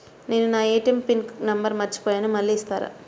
నేను నా ATM PIN number మర్చిపోయాను మళ్ళీ ఇస్తారా?